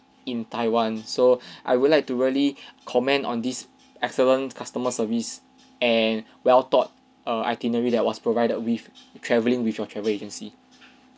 in taiwan so I would like to really comment on this excellent customer service and well thought err itinerary that was provided with traveling with your travel agency